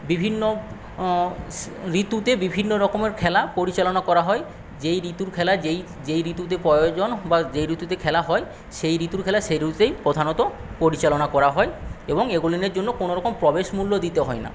বিভিন্ন ঋতুতে বিভিন্ন রকমের খেলা পরিচালনা করা হয় যেই ঋতুর খেলা যেই ঋতুতে প্রয়োজন বা যেই ঋতুতে খেলা হয় সেই ঋতুর খেলা সেই ঋতুতেই প্রধানত পরিচালনা করা হয় এবং এগুলির জন্য কোনোরকম প্রবেশমূল্য দিতে হয় না